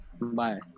Bye